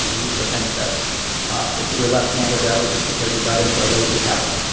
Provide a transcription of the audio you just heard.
we used to think that if you were left-handed, that was just because you got into a lazy habit.